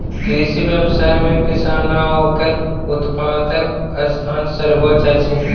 कृषि व्यवसाय मे किसान आ ओकर उत्पादकक स्थान सर्वोच्य अछि